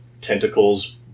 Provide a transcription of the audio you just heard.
tentacles